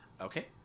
Okay